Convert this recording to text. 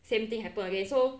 same thing happen again so